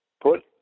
put